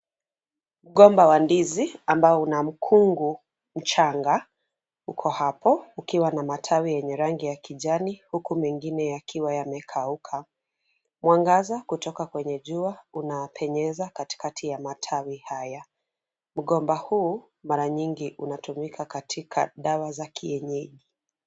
Mgomba wa ndizi ambao una mkungu mchanga uko hapo ukiwa na matawi yenye rangi ya kijani huku mengine yakiwa yamekauka. Mwangaza kutoka kwenye jua unapenyeza katikati ya matawi haya. Mgomba huu mara nyingi unaatumika katika dawa za kienyeji.